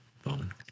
phone